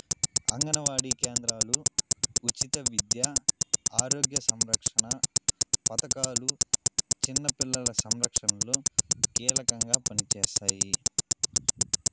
అంగనవాడీ కేంద్రాలు ఉచిత విద్య ఆరోగ్య సంరక్షణ పథకాలు చిన్న పిల్లల సంరక్షణలో కీలకంగా పనిచేస్తాయి